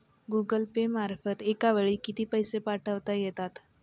Google Pay मार्फत एका वेळी किती पैसे पाठवता येतात?